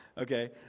Okay